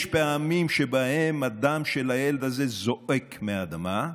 יש פעמים שבהן הדם של הילד הזה זועק מהאדמה,